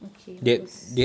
okay bagus